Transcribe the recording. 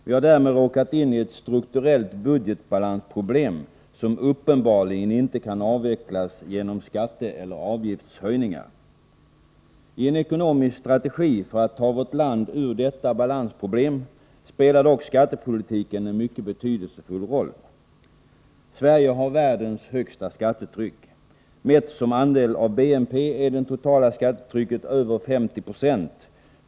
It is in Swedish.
Vi har därmed råkat in i ett strukturellt budgetbalansproblem som uppenbarligen inte kan lösas genom I en ekonomisk strategi för att ta vårt land ur detta balansproblem spelar dock skattepolitiken en mycket betydelsefull roll. Sverige har världens högsta skattetryck. Mätt som andel av BNP är det totala skattetrycket över 50 96.